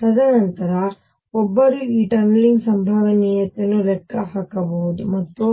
ತದನಂತರ ಒಬ್ಬರು ಈ ಟನಲಿಂಗ್ ಸಂಭವನೀಯತೆಯನ್ನು ಲೆಕ್ಕಹಾಕಬಹುದು ಮತ್ತು